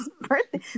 birthday